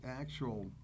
actual